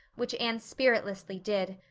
which anne spiritlessly did,